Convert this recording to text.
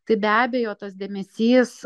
tai be abejo tas dėmesys